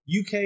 UK